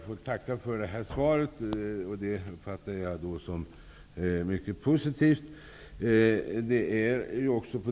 Fru talman! Jag får tacka för svaret. Jag uppfattar det som mycket positivt.